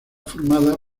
formada